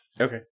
Okay